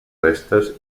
restes